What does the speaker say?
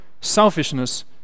selfishness